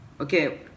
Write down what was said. okay